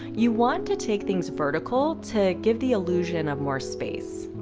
you want to take things vertical to give the illusion of more space.